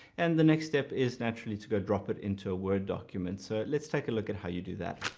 and the next step is naturally to drop it into a word document so let's take a look at how you do that.